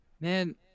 Man